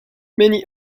many